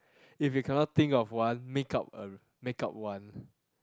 if you cannot think of one make up a make up one